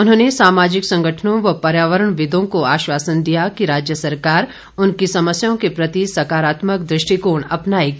उन्होंने सामाजिक संगठनों व पर्यावरणविदों को आश्वासन दिया कि राज्य सरकार उनकी समस्याओं के प्रति सकारात्मक द्रष्टिकोण अपनाएगी